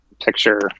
picture